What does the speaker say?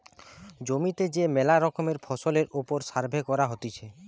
জমিতে যে মেলা রকমের ফসলের ওপর সার্ভে করা হতিছে